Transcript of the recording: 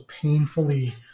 painfully